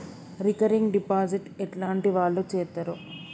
Recurring deposit ఎట్లాంటి వాళ్లు చేత్తరు?